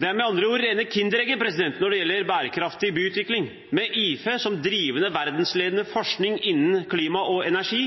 Det er med andre ord rene Kinder-egget når det gjelder bærekraftig byutvikling. Med IFE som driver verdensledende forskning innen klima og energi